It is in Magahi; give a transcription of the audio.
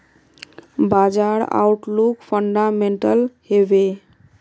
बाजार आउटलुक फंडामेंटल हैवै?